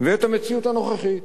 וגם את המציאות הנוכחית.